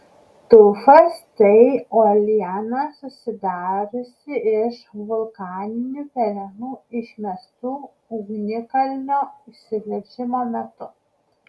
tufas tai uoliena susidariusi iš vulkaninių pelenų išmestų ugnikalnio išsiveržimo metu